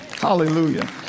Hallelujah